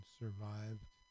survived